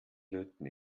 löten